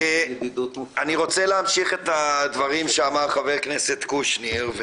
אני רוצה להמשיך את הדברים שאמר חבר הכנסת קושניר,